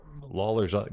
Lawler's